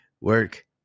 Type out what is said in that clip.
work